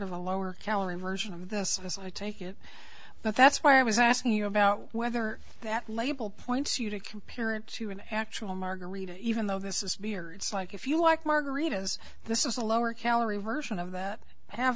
of a lower calorie version of this as i take it but that's why i was asking you about whether that label points you to compare it to an actual margarita even though this is beer it's like if you like margarita's this is a lower calorie version of that have